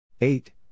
eight